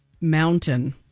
Mountain